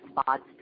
spots